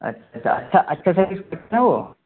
اچھا اچھا اچھا سروس کرتے ہیں وہ